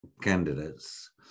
candidates